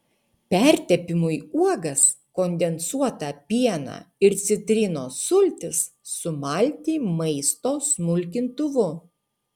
pertepimui uogas kondensuotą pieną ir citrinos sultis sumalti maisto smulkintuvu